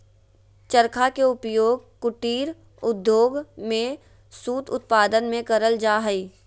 चरखा के उपयोग कुटीर उद्योग में सूत उत्पादन में करल जा हई